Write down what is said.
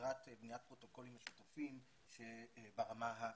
בעזרת בניית פרוטוקולים משותפים ברמה האזורית.